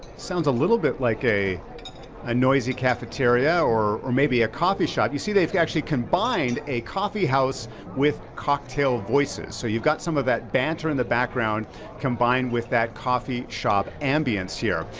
sounds a little bit like a a noisy cafeteria or maybe a coffee shop, you see they've actually combined a coffee house with cocktail voices. so you've got some of that banter in the background combined with that coffee shop ambience here.